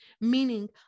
Meaning